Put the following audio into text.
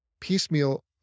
piecemeal